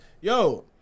yo